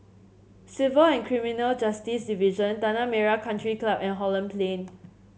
Civil and Criminal Justice Division Tanah Merah Country Club and Holland Plain